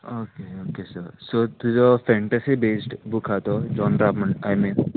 okay okay sir so तुजो fantasy based book आहा तो जॉन राप म्हणटा तो आय मीन